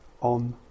on